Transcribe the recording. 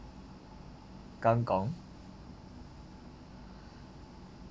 kang kong